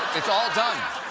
it's all done.